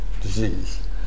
disease